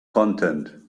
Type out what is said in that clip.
content